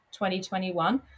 2021